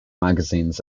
magazines